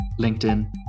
LinkedIn